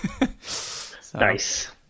Nice